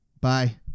Bye